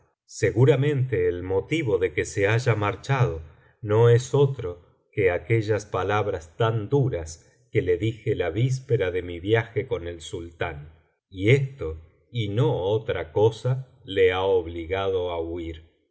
seguramente el motivo de que se haya marchado no es otro que aquellas palabras tan duras que le dije la víspera de mi viaje con el sultán y esto y no otra cosa le ha obligado á huir